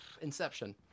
Inception